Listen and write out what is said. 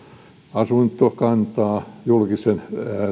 asuntokantaa julkisen